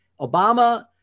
Obama